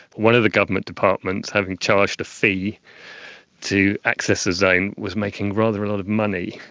one of the government departments, having charged a fee to access the zone, was making rather a lot of money,